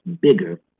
bigger